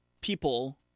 people